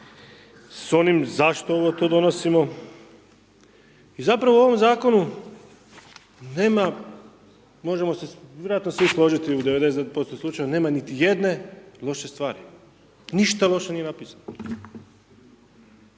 s onim zašto ovo to donosimo i zapravo u ovom zakonu nema, možemo se vjerojatno svi složiti u 90% slučajeva nema niti jedne loše stvari, ništa loše nije napisano.